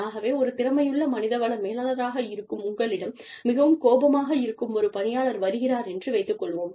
ஆகவே ஒரு திறமையுள்ள மனித வள மேலாளராக இருக்கும் உங்களிடம் மிகவும் கோபமாக இருக்கும் ஒரு பணியாளர் வருகிறார் என்று வைத்துக் கொள்வோம்